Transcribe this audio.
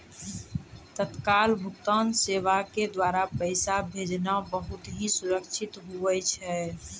तत्काल भुगतान सेवा के द्वारा पैसा भेजना बहुत ही सुरक्षित हुवै छै